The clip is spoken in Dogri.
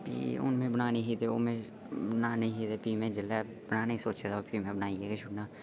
फ्ही हुन में बनानी ही ते फ्ही में जिसलै बनानी ही बनाने दा सोचे दा हा बनाई गै छोड़ना